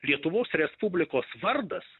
lietuvos respublikos vardas